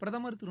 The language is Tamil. பிரதமர் திரு